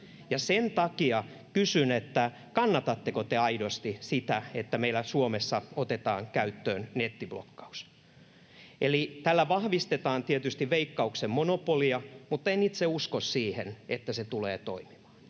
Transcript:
sen takia kysyn: kannatatteko te aidosti sitä, että meillä Suomessa otetaan käyttöön nettiblokkaus? Tällä vahvistetaan tietysti Veikkauksen monopolia, mutta en itse usko siihen, että se tulee toimimaan.